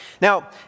Now